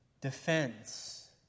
defense